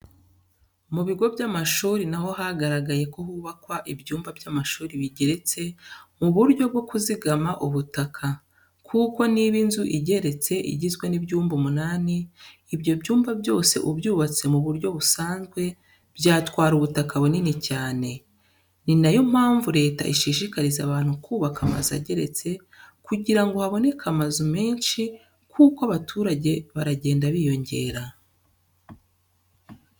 Mu bigo by'amashuri naho hagaragaye ko hubakwa ibyumba by'amashuri bigeretse mu buryo bwo kuzigama ubutaka, kuko niba inzu igeretse igizwe n'ibyumba umunani, ibyo byumba byose ubyubatse mu buryo busanzwe byatwara ubutaka bunini cyane. Ni nayo mpamvu Leta ishishikariza abantu kubaka amazu ageretse kugira ngo haboneke amazu menshi kuko abaturage baragenda biyongera.